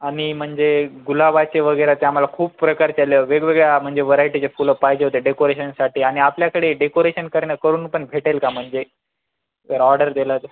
आणि म्हणजे गुलाबाचेवगैरे ते आम्हाला खूप प्रकारच्या वेगवेगळ्या म्हणजे व्हरायटीचे फुलं पाहिजे होते डेकोरेशनसाठी आणि आपल्याकडे डेकोरेशन करणं करूनपण भेटेल का म्हणजे जर ऑर्डर दिलं तर